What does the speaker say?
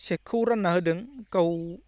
सेकखौ रानना होदों गाव